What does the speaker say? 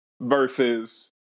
versus